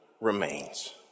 remains